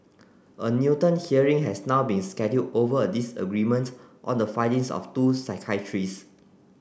a Newton hearing has now been scheduled over a disagreement on the findings of two psychiatrists